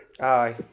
Aye